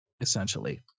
essentially